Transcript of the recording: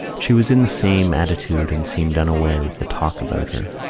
she was in the same attitude and seemed unaware of the talk about her.